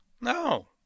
No